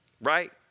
Right